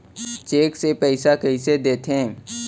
Cheque से पइसा कइसे देथे?